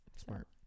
smart